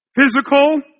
physical